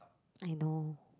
I know